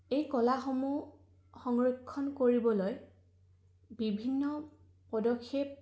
এই কলাসমূহ সংৰক্ষণ কৰিবলৈ বিভিন্ন পদক্ষেপ